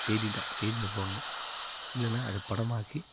செய்தி தான் செய்தியில் போடணும் இல்லைன்னா அதை படமாக்கி